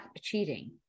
cheating